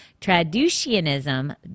Traducianism